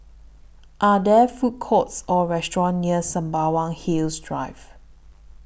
Are There Food Courts Or restaurants near Sembawang Hills Drive